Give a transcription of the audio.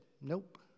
nope